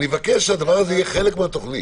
אני מבקש שזה תהיה חלק מהתוכנית.